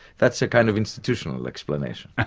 that's the kind of institutional explanation,